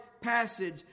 passage